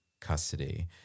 custody